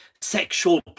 sexual